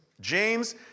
James